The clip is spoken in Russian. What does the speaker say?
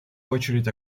очередь